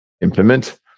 implement